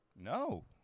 No